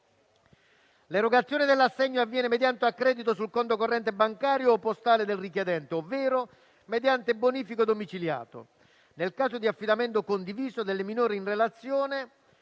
L'erogazione dell'assegno avviene mediante accredito sul conto corrente bancario o postale del richiedente, ovvero mediante bonifico domiciliato. Nel caso di affidamento condiviso del minore in relazione